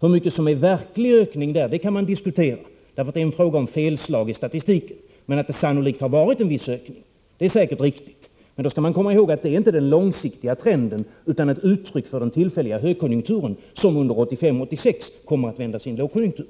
Hur mycket som är verklig ökning kan man diskutera, för det är en fråga om felslag i statistiken. Men att det har varit en viss ökning är säkert riktigt. Då skall man emellertid komma ihåg att det inte är den långsiktiga trenden utan ett uttryck för den tillfälliga högkonjunkturen, som under 1985/86 kommer att vändas i en lågkonjunktur.